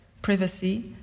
privacy